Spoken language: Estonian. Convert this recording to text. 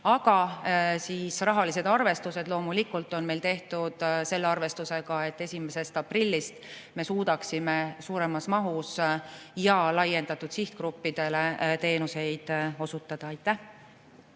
Aga rahalised arvestused on meil loomulikult tehtud selle arvestusega, et 1. aprillist me suudaksime suuremas mahus ja laiendatud sihtgruppidele teenuseid osutada. Suur